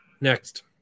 Next